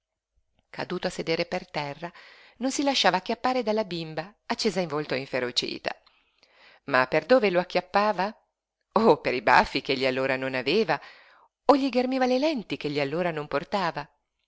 a sedere per terra non si lasciava acchiappare dalla bimba accesa in volto e inferocita ma per dove lo acchiappava oh per i baffi ch'egli allora non aveva o gli ghermiva le lenti ch'egli allora non portava